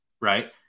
right